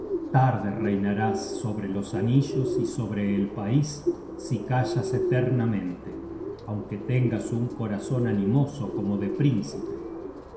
tarde reinarás sobre los anillos y sobre el pais si callas eternamente aunque tengas un corazon animoso como de príncipe